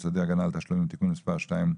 סדיר (הגנה על תשלומים) (תיקון מס' 2),